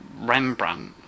Rembrandt